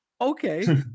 okay